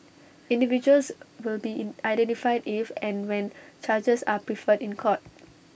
individuals will be in identified if and when charges are preferred in court